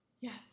yes